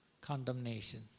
Condemnation